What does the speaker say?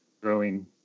growing